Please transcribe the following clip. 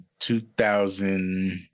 2000